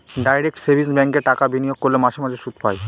direct savings ব্যাঙ্কে টাকা বিনিয়োগ করলে মাসে মাসে সুদ পায়